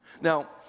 Now